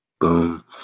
Boom